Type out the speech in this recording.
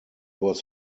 was